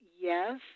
Yes